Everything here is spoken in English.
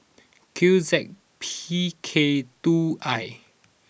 Q Z P K two I